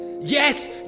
yes